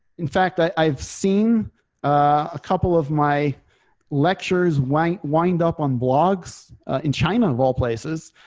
in fact, i've seen a couple of my lectures wind. wind up on blogs in china, of all places,